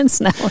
now